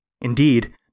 Indeed